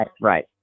right